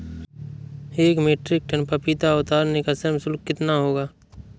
एक metric ton पपीता उतारने का श्रम शुल्क कितना होगा?